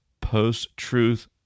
post-truth